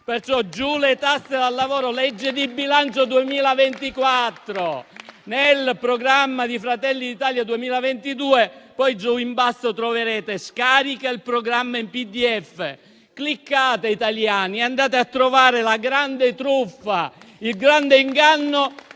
Perciò giù le tasse dal lavoro: legge di bilancio 2024. Nel programma di Fratelli d'Italia 2022 poi, giù in basso, troverete "scarica il programma in PDF". Cliccate italiani e andate a trovare la grande truffa, il grande inganno.